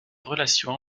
relations